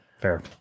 fair